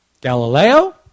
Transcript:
Galileo